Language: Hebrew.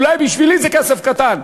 אולי בשבילי זה כסף קטן.